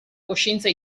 coscienza